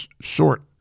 short